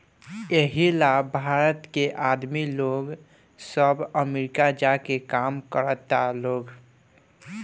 एही ला भारत के आदमी लोग सब अमरीका जा के काम करता लोग